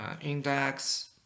index